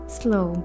slow